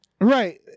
Right